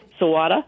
Sawada